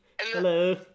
hello